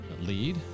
lead